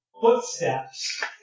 footsteps